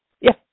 Yes